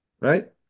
right